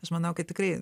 aš manau kad tikrai